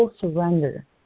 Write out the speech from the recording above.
surrender